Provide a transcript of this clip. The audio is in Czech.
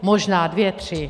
Možná dvě tři.